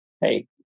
hey